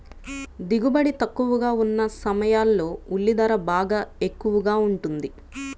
దిగుబడి తక్కువగా ఉన్న సమయాల్లో ఉల్లి ధర బాగా ఎక్కువగా ఉంటుంది